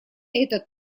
это